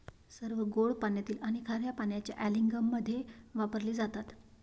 सर्व गोड पाण्यातील आणि खार्या पाण्याच्या अँलिंगमध्ये वापरले जातात